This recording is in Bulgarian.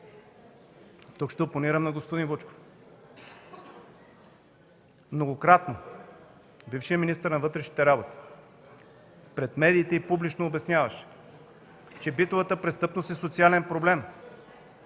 Тук ще опонирам на господин Вучков. Многократно бившият министър на вътрешните работи пред медиите и публично обясняваше, че битовата престъпност е социален проблем